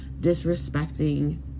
disrespecting